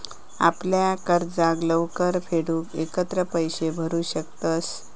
आपल्या कर्जाक लवकर फेडूक एकत्र पैशे भरू शकतंस